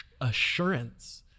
assurance